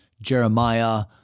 Jeremiah